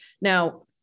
Now